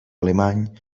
alemany